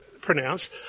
pronounce